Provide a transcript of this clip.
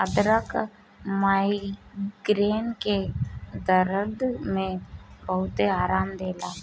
अदरक माइग्रेन के दरद में बहुते आराम देला